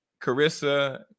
Carissa